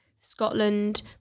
Scotland